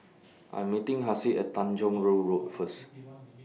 I'm meeting Hassie At Tanjong Rhu Road First